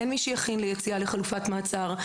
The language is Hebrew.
אין מי שיכין ליציאה לחלופת מעצר,